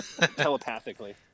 telepathically